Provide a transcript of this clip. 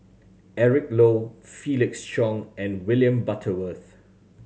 Eric Low Felix Cheong and William Butterworth